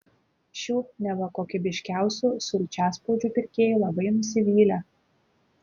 šių neva kokybiškiausių sulčiaspaudžių pirkėjai labai nusivylę